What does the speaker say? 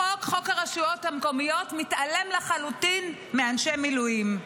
חוק הרשויות המקומיות מתעלם לחלוטין מאנשי מילואים.